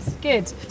good